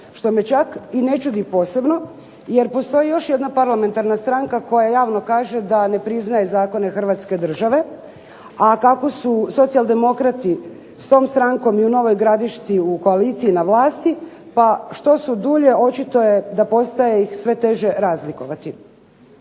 što me čak i ne čudi posebno jer postoji još jedna parlamentarna stranka koja javno kaže da ne priznaje zakone Hrvatske države, a kako su socijaldemokrati s tom strankom i u Novoj Gradišci u koaliciji na vlasti pa što su dulje očito je da postaje ih sve teže razlikovati.